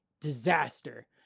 disaster